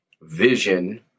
Vision